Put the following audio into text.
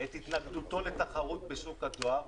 את התנגדותו לתחרות בשוק הדואר,